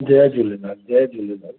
जय झूलेलाल जय झूलेलाल